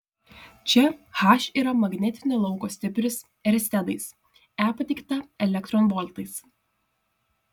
čia h yra magnetinio lauko stipris erstedais e pateikta elektronvoltais